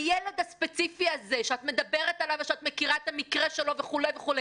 הילד הספציפי הזה שאת מדברת עליו ושאת מכירה את המקרה שלו וכו',